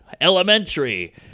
elementary